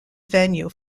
venue